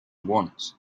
want